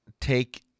take